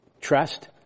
trust